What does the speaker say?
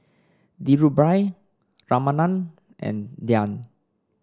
Dhirubhai Ramanand and Dhyan